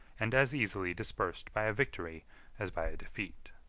and as easily dispersed by a victory as by a defeat.